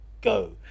go